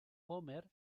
homer